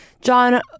John